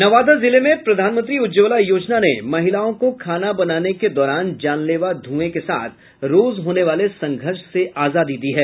नवादा जिले में प्रधानमंत्री उज्ज्वला योजना ने महिलाओं को खाना बनाने के दौरान जानलेवा धुएं के साथ रोज होने वाले संघर्ष से आजादी दी है